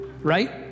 right